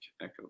Echo